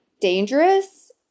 dangerous